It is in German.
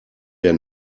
der